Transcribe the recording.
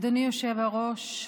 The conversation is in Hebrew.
אדוני היושב-ראש,